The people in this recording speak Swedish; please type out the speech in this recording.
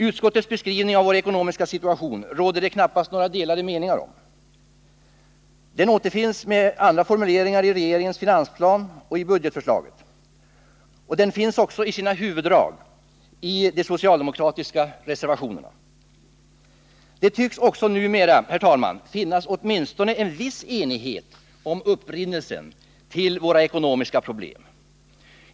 Utskottets beskrivning av vår ekonomiska situation råder det inte några delade meningar om. Den återfinns med andra formuleringar i regeringens finansplan och budgetförslag. Den finns i sina huvuddrag också i de socialdemokratiska reservationerna. Det tycks också numera, herr talman, finnas åtminstone en viss enighet om upprinnelsen till våra ekonomiska problem.